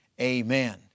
Amen